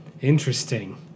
Interesting